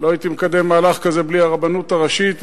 לא הייתי מקדם מהלך כזה בלי הרבנות הראשית,